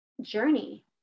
journey